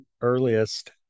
earliest